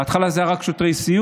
בהתחלה זה היה רק אצל שוטרי סיור,